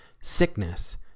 sickness